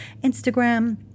Instagram